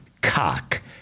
cock